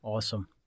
Awesome